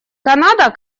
канада